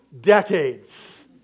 decades